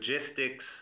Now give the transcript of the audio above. logistics